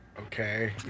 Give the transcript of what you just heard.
Okay